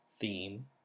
theme